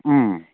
ꯎꯝ